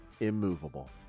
immovable